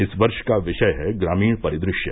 इस वर्ष का विषय है ग्रामीण परिदृश्य